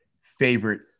favorite